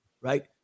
right